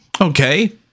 okay